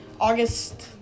August